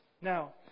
Now